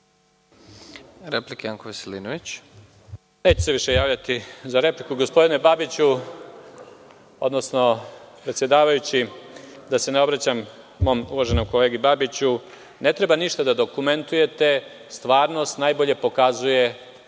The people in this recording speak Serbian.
**Janko Veselinović** Neću se više javljati za repliku. Gospodine Babiću, odnosno predsedavajući, da se ne obraćam mom uvaženom kolegi Babiću, ne treba ništa da dokumentujete, stvarnost najbolje pokazuje